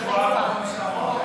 נשמע דעות.